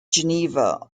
geneva